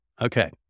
Okay